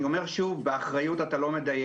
אני אומר שוב, באחריות, אתה לא מדייק.